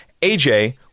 AJ